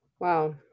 Wow